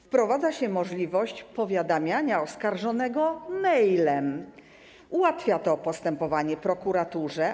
Wprowadza się możliwość powiadamiania oskarżonego mailem, co ułatwia postępowanie prokuraturze.